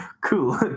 cool